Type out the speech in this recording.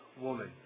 woman